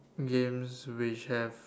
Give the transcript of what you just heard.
games which have